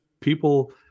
people